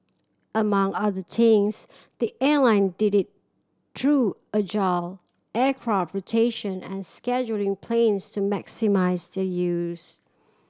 among other things the airline did it through agile aircraft rotation and scheduling planes to maximise their use